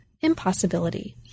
impossibility